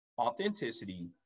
authenticity